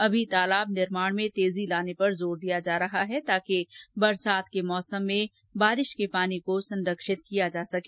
अभी तालाब निर्माण में तेजी लाने पर जोर दिया जा रहा है ताकि वर्षा के मौसम में बरसात के पानी को संरक्षित किया जा सके